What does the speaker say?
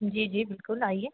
जी जी बिल्कुल आइए